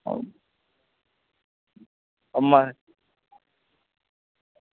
अम्मा